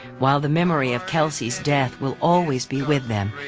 while the memory of kelsey's death will always be with them,